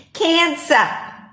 Cancer